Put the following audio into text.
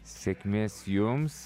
sėkmės jums